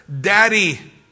Daddy